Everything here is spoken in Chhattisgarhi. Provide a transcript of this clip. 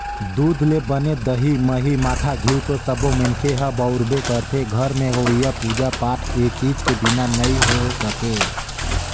दूद ले बने दही, मही, मठा, घींव तो सब्बो मनखे ह बउरबे करथे, घर में होवईया पूजा पाठ ए चीज के बिना नइ हो सके